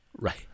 Right